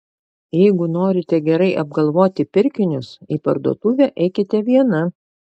jeigu norite gerai apgalvoti pirkinius į parduotuvę eikite viena